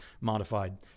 modified